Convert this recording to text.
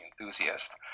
enthusiast